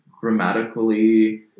grammatically